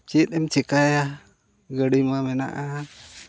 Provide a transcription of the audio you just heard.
ᱪᱮᱫ ᱮᱢ ᱪᱮᱠᱟᱭᱟ ᱜᱟᱹᱰᱤ ᱢᱟ ᱢᱮᱱᱟᱜᱼᱟ